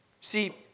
See